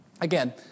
Again